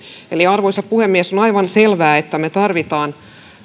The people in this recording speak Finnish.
eli arvoisa puhemies on aivan selvää että me tarvitsemme